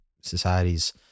societies